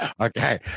Okay